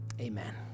Amen